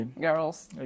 Girls